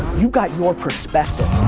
you got your perspective.